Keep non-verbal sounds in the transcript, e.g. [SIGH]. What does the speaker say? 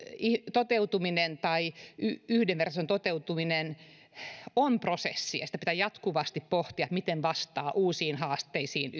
toteutuminen tai yhdenvertaisuuden toteutuminen on prosessi ja sitä pitää jatkuvasti pohtia miten vastata uusiin haasteisiin [UNINTELLIGIBLE]